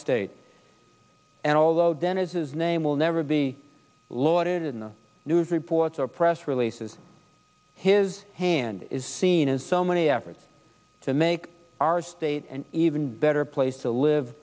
state and although dennis his name will never be lauded in the news reports or press releases his hand is seen as so many efforts to make our state an even better place to live